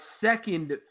second